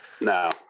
No